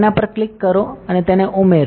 તેના પર ક્લિક કરો અને તેને ઉમેરો